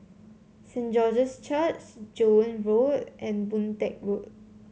Saint George's Church Joan Road and Boon Teck Road